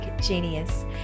genius